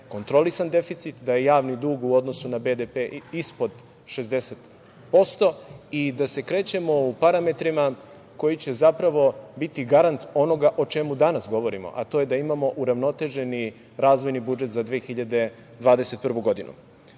kontrolisan deficit, da je javni dug u odnosu na BDP ispod 60% i da se krećemo u parametrima koji će, zapravo, biti garant onoga o čemu danas govorimo, a to je da imamo uravnoteženi razvojni budžet za 2021.